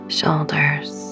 shoulders